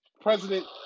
President